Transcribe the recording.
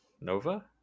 Nova